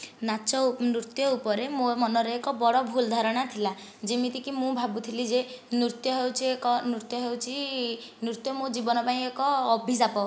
ନାଚ ଓ ନୃତ୍ୟ ଉପରେ ମୋ ମନରେ ଏକ ବଡ଼ ଭୁଲ ଧାରଣା ଥିଲା ଯେମିତିକି ମୁଁ ଭାବୁଥିଲି ଯେ ନୃତ୍ୟ ହେଉଛି ଏକ ନୃତ୍ୟ ହେଉଛି ନୃତ୍ୟ ମୋ ଜୀବନ ପାଇଁ ଏକ ଅଭିଶାପ